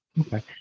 Okay